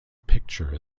picture